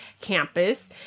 Campus